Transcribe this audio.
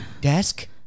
Desk